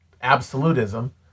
absolutism